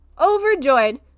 overjoyed